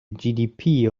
gdp